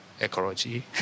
ecology